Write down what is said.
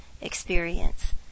experience